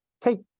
take